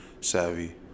savvy